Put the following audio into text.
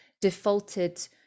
defaulted